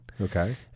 Okay